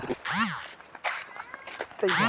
हमारे घर पर भी सौंफ का पौधा लगा हुआ है